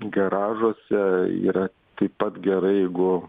garažuose yra taip pat gerai jeigu